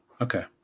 Okay